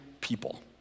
people